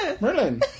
Merlin